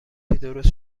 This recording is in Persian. درست